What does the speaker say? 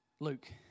Luke